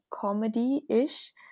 comedy-ish